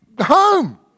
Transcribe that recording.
home